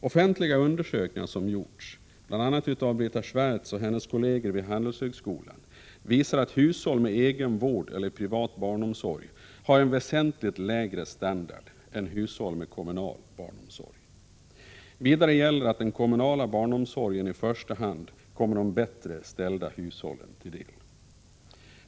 Offentliga undersökningar som gjorts, bl.a. av Britta Schwarz och hennes kolleger vid Handelshögskolan, visar att hushåll med egen vård eller privat barnomsorg har en väsentligt lägre standard än hushåll med kommunal barnomsorg. Vidare gäller att den kommunala barnomsorgen i första hand kommer de bättre ställda hushållen till del.